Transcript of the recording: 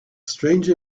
strange